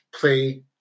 play